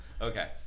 Okay